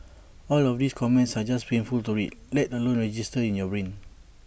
all of these comments are just painful to read let alone register in your brain